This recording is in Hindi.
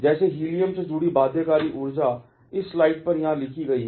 जैसे हीलियम से जुड़ी बाध्यकारी ऊर्जा इस स्लाइड पर यहां लिखी गई है